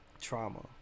trauma